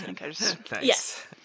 Yes